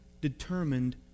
determined